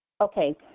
Okay